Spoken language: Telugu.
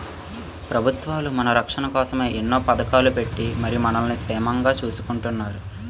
పెబుత్వాలు మన రచ్చన కోసమే ఎన్నో పదకాలు ఎట్టి మరి మనల్ని సేమంగా సూసుకుంటున్నాయి